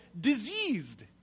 diseased